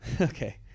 Okay